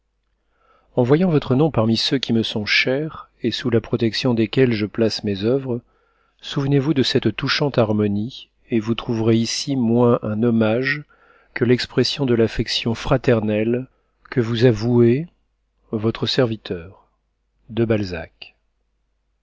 en voyant votre nom parmi ceux qui me sont chers et sous la protection desquels je place mes oeuvres souvenez-vous de cette touchante harmonie et vous trouverez ici moins un hommage que l'expression de l'affection fraternelle que vous a vouée votre serviteur de balzac